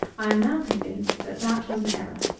i am now convinced that that was an error.